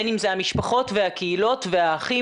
בין אם זה המשפחות והקהילות והאחים